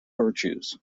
virtues